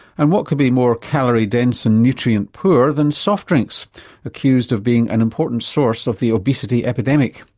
and what could be more calorie dense and nutrient poor than soft drinks accused of being an important source of the obesity epidemic.